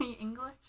English